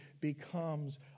becomes